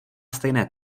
stejné